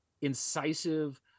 incisive